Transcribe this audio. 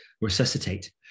resuscitate